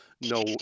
no